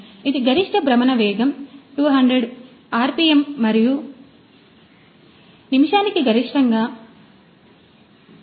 ఇది గరిష్ట భ్రమణ వేగం 200 ఆర్పిఎమ్ మరియు నిమిషానికి గరిష్టంగా 1000